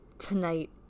Tonight